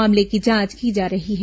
मामले की जांच की जा रही है